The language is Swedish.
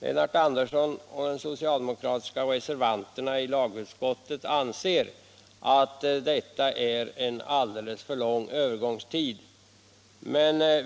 Lennart Andersson och de andra socialdemokratiska reservanterna i lagutskottet anser att detta är en alldeles för lång övergångstid.